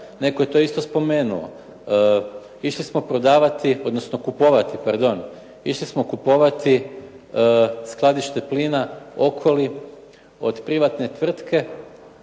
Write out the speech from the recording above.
netko je to isto spomenuo, išli smo kupovati skladište plina Okoli od privatne tvrtke